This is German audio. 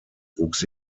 wuchs